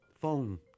phone